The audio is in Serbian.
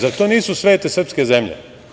Zar to nisu svete srpske zemlje?